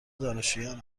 دانشجویان